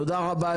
תודה רבה,